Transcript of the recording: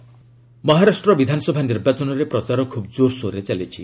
elections Maharashtra ବିଧାନସଭା ନିର୍ବାଚନରେ ପ୍ରଚାର ଖୁବ୍ କୋରସୋରରେ ଚାଲିଛି